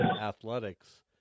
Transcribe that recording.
athletics